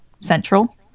central